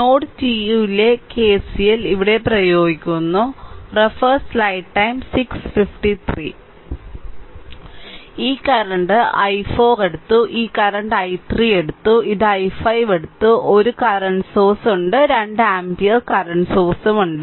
node 2 ലെ KCL ഇവിടെ പ്രയോഗിക്കുന്നു ഈ കറന്റ് i4 എടുത്തു ഈ കറന്റ് i3 എടുത്തു ഇത് i5 എടുത്തു ഒരു കറന്റ് സോഴ്സ് ഉണ്ട് 2 ആമ്പിയർ കറന്റ് സോഴ്സ് ഉണ്ട്